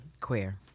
queer